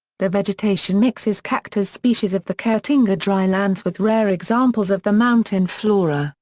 the vegetation mixes cactus species of the caatinga dry lands with rare examples of the mountain flora,